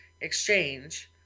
Exchange